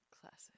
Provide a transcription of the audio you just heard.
Classic